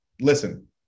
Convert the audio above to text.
listen